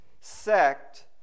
sect